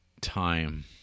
Time